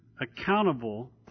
accountable